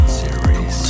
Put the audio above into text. series